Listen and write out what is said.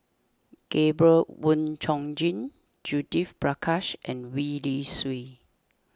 Gabriel Oon Chong Jin Judith Prakash and Gwee Li Sui